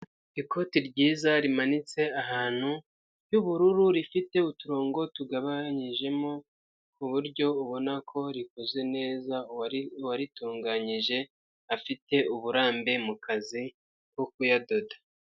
Ikoti ryiza rimanitse ahantu ry'ubururu, rifite uturongo tugabanyijemo ku buryo ubona ko rikoze neza, uwaritunganyije afite uburambe mu kazi ko kuyadoda.